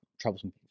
troublesome